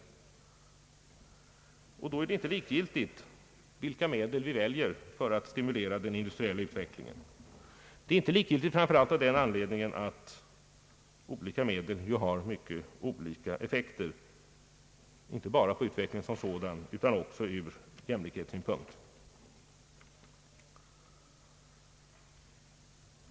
Och då är det inte likgiltigt vilka medel vi väljer för att stimulera den industriella utvecklingen. Det är inte likgiltigt, framför allt av den anledningen att olika medel ju har mycket olika effekter, inte bara på uivecklingen som sådan utan också ur jämlikhetssypunkt.